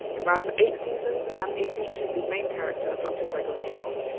it ran for eight seasons, and it features the main character dr. gregory house,